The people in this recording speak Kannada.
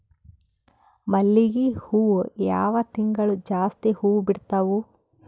ಮಲ್ಲಿಗಿ ಹೂವು ಯಾವ ತಿಂಗಳು ಜಾಸ್ತಿ ಹೂವು ಬಿಡ್ತಾವು?